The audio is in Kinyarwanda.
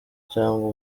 cyangwa